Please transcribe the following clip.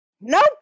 Nope